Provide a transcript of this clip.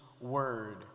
word